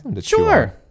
Sure